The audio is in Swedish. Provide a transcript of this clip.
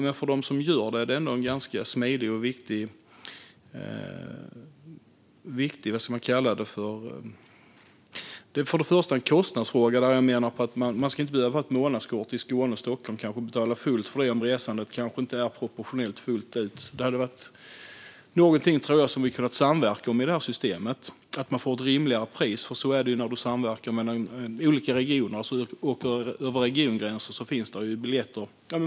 Men för dem som gör det är det ganska smidigt och viktigt. Det är för det första en kostnadsfråga. Jag menar att man inte ska behöva ha månadskort i Skåne och Stockholm och betala fullt ut för det om resandet inte är proportionellt fullt ut. Det tror jag är något som vi skulle kunna samverka om i det här systemet så att man får ett rimligare pris. Så är det ju när man samverkar mellan olika regioner och över regiongränser - då finns det biljetter.